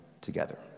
together